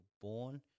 born